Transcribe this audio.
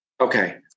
Okay